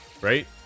right